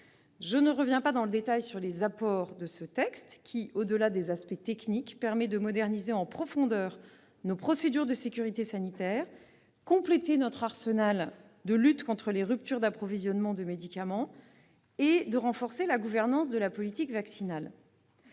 Je ne reviendrai pas dans le détail sur ses apports. Au-delà des aspects techniques, il permet de moderniser en profondeur nos procédures de sécurité sanitaire, de compléter notre arsenal de lutte contre les ruptures d'approvisionnement de médicaments et de renforcer la gouvernance de la politique vaccinale.